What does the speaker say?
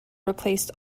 replaced